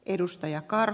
edustaja kari